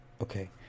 Okay